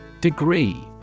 Degree